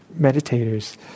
meditators